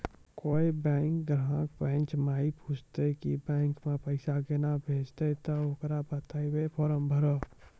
कोय बैंक ग्राहक बेंच माई पुछते की बैंक मे पेसा केना भेजेते ते ओकरा बताइबै फॉर्म भरो